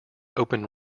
open